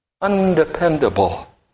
undependable